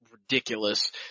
ridiculous